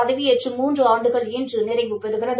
பதவியேற்று மூன்று ஆண்டுகள் இன்று நிறைவுபெறுகிறது